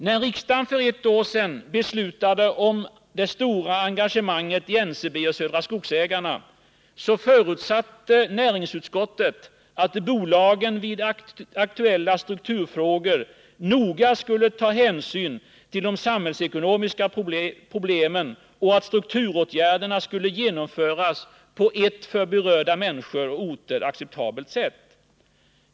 När riksdagen för ett år sedan beslutade om det stora engagemanget i NCB och Södra Skogsägarna förutsatte näringsutskottet att bolagen då det gällde aktuella strukturfrågor noga skulle beakta de samhällsekonomiska problemen och att strukturåtgärderna skulle genomföras på ett för berörda människor och orter acceptabelt sätt.